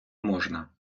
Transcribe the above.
можна